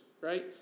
right